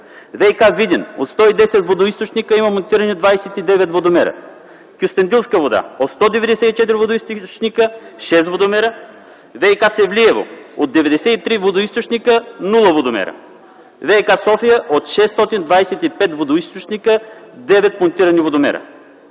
ВиК – Видин, от 110 водоизточника има монтирани 29 водомера; - „Кюстендилска вода” – от 194 водоизточника – 6 водомера; - ВиК – Севлиево, от 93 водоизточника – нула водомера; - ВиК – София, от 625 водоизточника – 9 монтирани водомера.